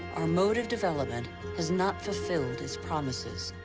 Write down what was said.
our mode of development has not fulfilled its promises.